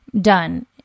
done